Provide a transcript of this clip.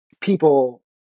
people